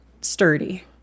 sturdy